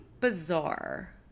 bizarre